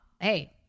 hey